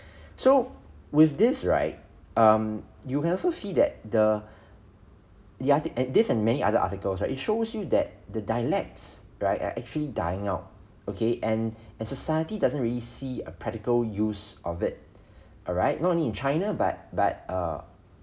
so with this right um you can also see that the the artic~ this and many other articles right it shows you that the dialects right are actually dying out okay and and society doesn't really see a practical use of it alright not only in china but but uh